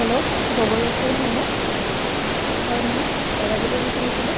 hello Gogoi restaurant হয়নে হয় মই অৰ্ডাৰ দিব বিচাৰিছিলোঁ